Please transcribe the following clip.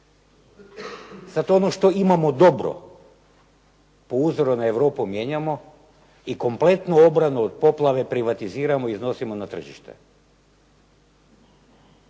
Sad ono što imamo dobro po uzoru na Europu mijenjamo i kompletnu obranu od poplave privatiziramo i iznosimo na tržište.